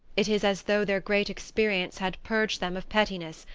it is as though their great experience had purged them of pettiness,